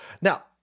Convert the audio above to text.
Now